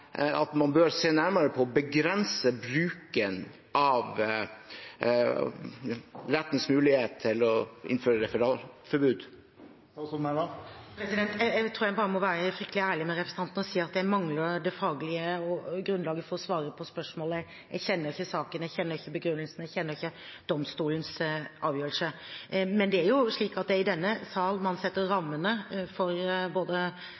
man bør se nærmere på å begrense bruken av rettens mulighet til å innføre referatforbud? Jeg tror bare jeg må være fryktelig ærlig med representanten og si at jeg mangler det faglige grunnlaget for å svare på spørsmålet. Jeg kjenner ikke saken. Jeg kjenner ikke begrunnelsen. Jeg kjenner ikke domstolens avgjørelse. Men det er i denne sal man setter rammene for både